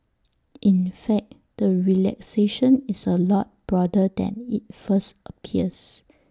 in fact the relaxation is A lot broader than IT first appears